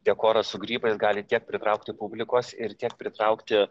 dekoras su grybais gali tiek pritraukti publikos ir tiek pritraukti